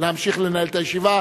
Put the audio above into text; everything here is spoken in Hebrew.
להמשיך לנהל את הישיבה.